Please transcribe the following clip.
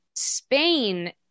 Spain